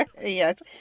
Yes